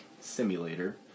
simulator